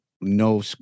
no